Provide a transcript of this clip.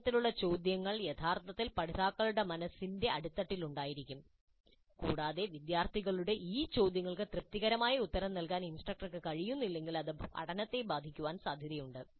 ഇത്തരത്തിലുള്ള ചോദ്യങ്ങൾ യഥാർത്ഥത്തിൽ പഠിതാക്കളുടെ മനസ്സിന്റെ അടിത്തട്ടിൽ ഉണ്ടായിരിക്കും കൂടാതെ വിദ്യാർത്ഥികളുടെ ഈ ചോദ്യങ്ങൾക്ക് തൃപ്തികരമായി ഉത്തരം നൽകാൻ ഇൻസ്ട്രക്ടർക്ക് കഴിയുന്നില്ലെങ്കിൽ അത് പഠനത്തെ ബാധിക്കാൻ സാധ്യതയുണ്ട്